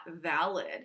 valid